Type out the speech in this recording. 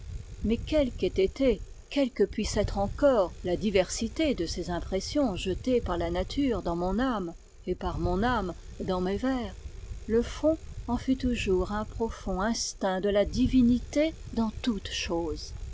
mais quelle qu'ait été quelle que puisse être encore la diversité de ces impressions jetées par la nature dans mon ame et par mon ame dans mes vers le fond en fut toujours un profond instinct de la divinité dans toutes choses